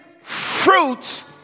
fruits